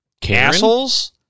Castles